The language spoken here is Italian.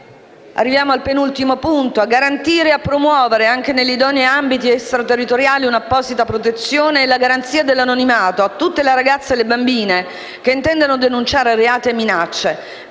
matrimonio forzato; 5) a garantire e a promuovere, anche negli idonei ambiti extraterritoriali, un'apposita protezione e la garanzia dell'anonimato a tutte le ragazze e le bambine che intendano denunciare reati e minacce,